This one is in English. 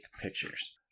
pictures